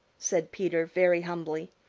said peter very humbly.